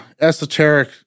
esoteric